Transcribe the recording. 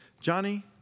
Johnny